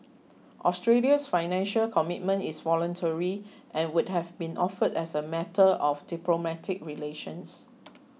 Australia's Financial Commitment is voluntary and would have been offered as a matter of diplomatic relations